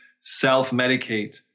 self-medicate